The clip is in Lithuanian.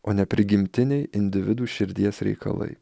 o ne prigimtiniai individų širdies reikalai